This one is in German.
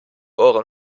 ohren